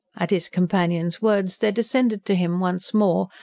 at his companion's words there descended to him, once more,